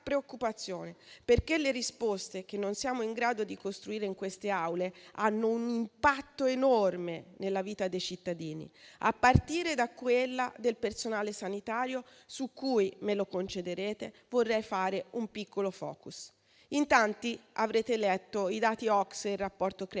perché le risposte che non siamo in grado di costruire in queste Aule hanno un impatto enorme sulla vita dei cittadini, a partire da quella del personale sanitario, su cui - me lo concederete - vorrei fare un piccolo *focus*. In tanti avrete letto i dati OCSE e il rapporto Crea